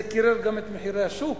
זה קירר גם את מחירי השוק.